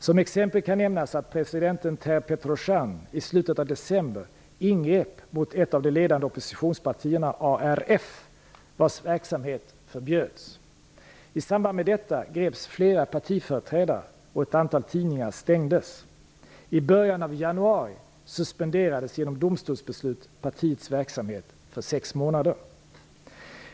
Som exempel kan nämnas att president Ter samband med detta greps flera partiföreträdare och ett antal tidningar stängdes. I början av januari suspenderades genom domstolsbeslut partiets verksamhet för sex månader.